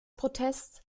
protest